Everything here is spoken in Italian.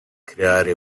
creare